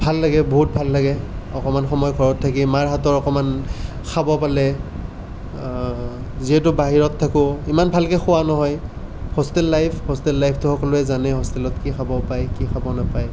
ভাল লাগে বহুত ভাল লাগে অকমান সময় ঘৰত থাকি মাৰ হাতৰ অকমান খাব পালে যিহেতু বাহিৰত থাকোঁ ইমান ভালকৈ খোৱা নহয় হোষ্টেল লাইফ হোষ্টেল লাইফটো সকলোৱে জানে হোষ্টেলত কি খাব পায় কি খাব নাপায়